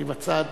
אני בצעד